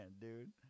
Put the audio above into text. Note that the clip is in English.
dude